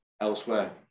elsewhere